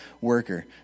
worker